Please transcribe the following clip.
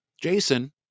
Jason